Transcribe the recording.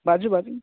बाजू बाजू